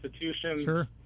institutions